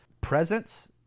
presence